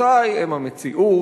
עמדותי הן המציאות,